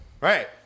Right